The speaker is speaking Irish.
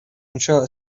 anseo